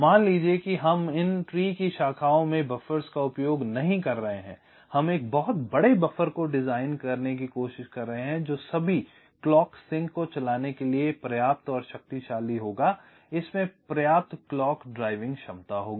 मान लीजिए कि हम पेड़ की शाखाओं में बफ़र्स का उपयोग नहीं कर रहे हैं हम एक बहुत बड़े बफर को डिजाइन करने की कोशिश कर रहे हैं जो सभी क्लॉक सिंक को चलाने के लिए पर्याप्त शक्तिशाली होगा इसमें पर्याप्त क्लॉक ड्राइविंग क्षमता होगी